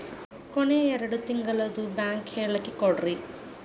ಕೊನೆ ಎರಡು ತಿಂಗಳದು ಬ್ಯಾಂಕ್ ಹೇಳಕಿ ಕೊಡ್ರಿ